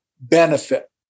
benefit